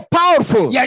powerful